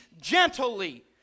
gently